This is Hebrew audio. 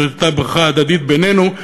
זאת הייתה ברכה הדדית בינינו,